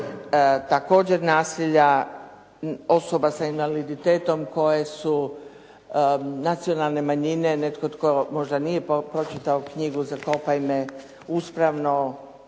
također nasilja osoba sa invaliditetom koje su nacionalne manjine. Netko tko možda nije pročitao knjigu "Zakopaj me uspravno"